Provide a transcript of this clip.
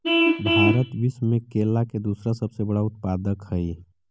भारत विश्व में केला के दूसरा सबसे बड़ा उत्पादक हई